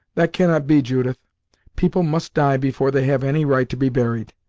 that cannot be, judith people must die before they have any right to be buried.